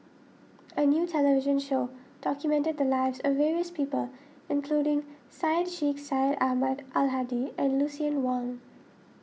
a new television show documented the lives of various people including Syed Sheikh Syed Ahmad Al Hadi and Lucien Wang